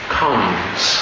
comes